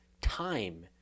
time